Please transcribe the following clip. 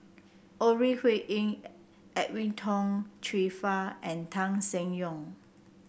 Ore Huiying Edwin Tong Chun Fai and Tan Seng Yong